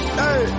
hey